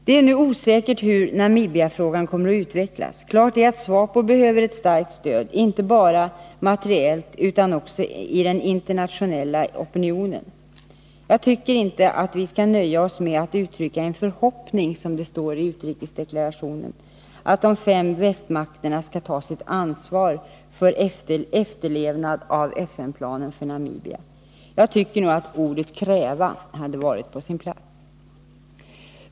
Det är nu osäkert hur Namibiafrågan kommer att utvecklas. Klart är emellertid att SWAPO behöver ett starkt stöd inte bara materiellt utan också när det gäller den internationella opinionen. Jag tycker inte att vi skall nöja oss med att uttrycka en ”förhoppning”, som det står i utrikesdeklarationen, att de fem västmakterna skall ta sitt ansvar beträffande efterlevnaden av FN-planen för Namibia. Jag tycker nog att ordet kräva hade varit på sin plats.